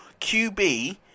QB